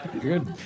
good